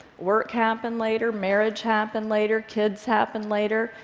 work happened later, marriage happened later, kids happened later,